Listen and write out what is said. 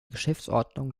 geschäftsordnung